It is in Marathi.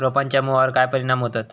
रोपांच्या मुळावर काय परिणाम होतत?